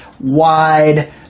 wide